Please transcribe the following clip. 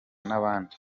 n’abandi